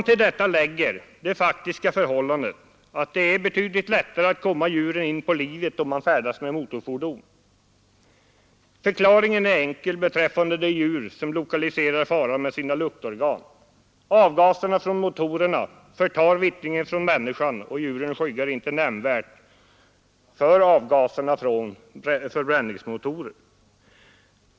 Till detta bör läggas det faktiska förhållandet att det är betydligt lättare att komma djuren inpå livet om man färdas med motorfordon. Förklaringen är enkel beträffande de djur som lokaliserar faran med sina luktorgan. Avgaserna från motorerna förtar vittringen från människan, och djuren skyggar inte nämnvärt för avgaser från förbränningsmotorer.